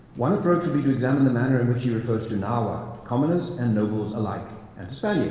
one approach would be to examine the manner in which he refers to nahuas, commoners and nobles alike, and